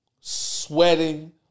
sweating